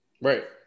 right